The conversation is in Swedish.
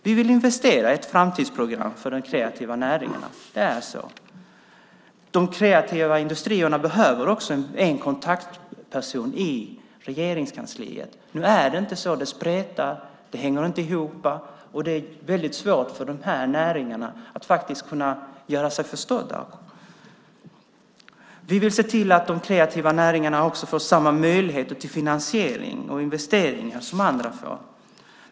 Vi vill investera i ett framtidsprogram för de kreativa näringarna. Det är så. De kreativa industrierna behöver också en kontaktperson i Regeringskansliet. Nu är det inte så. Det spretar. Det hänger inte ihop. Det är faktiskt väldigt svårt för de här näringarna att kunna göra sig förstådda. Vi vill se till att de kreativa näringarna får samma möjligheter till finansiering och investeringar som andra får.